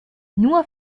nur